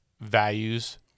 values